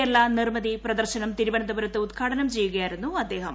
കേരള നിർമ്മിതി പ്രദർശനം തിരുവനന്തപുരത്ത് ഉദ്ഘാടനം ചെയ്യുകയായിരുന്നു അദ്ദേഹം